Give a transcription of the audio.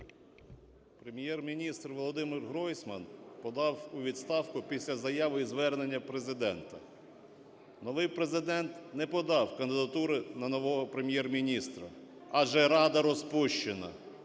Прем’єр-міністр Володимир Гройсман подав у відставку після заяви і звернення Президента. Новий Президент не подав кандидатури на нового Прем’єр-міністра, адже Рада розпущена.